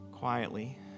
Quietly